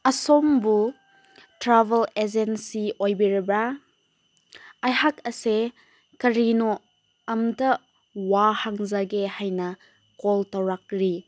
ꯑꯁꯣꯝꯕꯨ travel agency ꯑꯣꯏꯕꯤꯔꯕ꯭ꯔꯥ ꯑꯩꯍꯥꯛ ꯑꯁꯦ ꯀꯔꯤꯅꯣ ꯑꯝꯇ ꯋꯥ ꯍꯪꯖꯒꯦ ꯍꯥꯏꯅ ꯀꯣꯜ ꯇꯧꯔꯛꯂꯤ